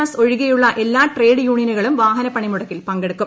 S ഒഴികെയുള്ള എല്ലാ trade യൂണിയനുകളും വാഹന പണിമുടക്കിൽ പങ്കെടുക്കും